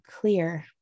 clear